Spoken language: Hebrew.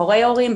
הורי הורים,